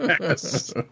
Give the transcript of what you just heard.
Yes